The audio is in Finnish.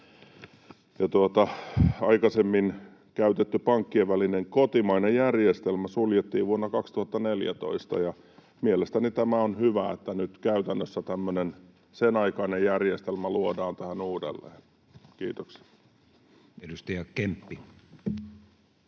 Aikaisemmin käytetty pankkien välinen kotimainen järjestelmä suljettiin vuonna 2014. Mielestäni on hyvä, että nyt käytännössä sen aikainen järjestelmä luodaan tähän uudelleen. — Kiitoksia. Edustaja Kemppi.